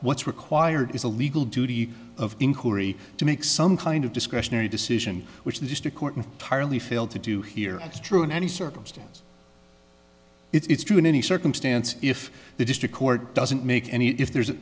what's required is a legal duty of inquiry to make some kind of discretionary decision which the district court and partly failed to do here that's true in any circumstance it's true in any circumstance if the district court doesn't make any if there's an